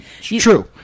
True